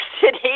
City